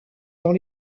dans